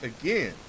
again